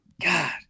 God